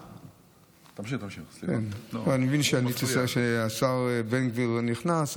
אני מבין שהשר בן גביר נכנס,